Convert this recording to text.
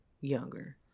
younger